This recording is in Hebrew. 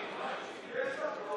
הישיבה, כנסת נכבדה, יש לך רוב.